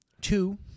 two